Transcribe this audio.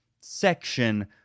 section